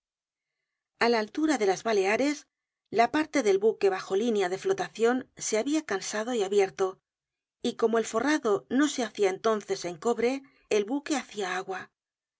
a la altura de las baleares la parte del buque bajo línea de flotacion se habia cansado y abierto y como el forrado no se hacia entonces en cobre el buque hacia agua